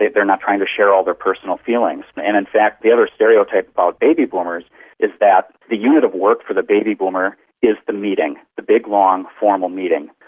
they're not trying to share all their personal feelings. but and in fact the other stereotype about baby boomers is that the unit of work for the baby boomer is the meeting, the big, long, formal meeting.